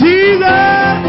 Jesus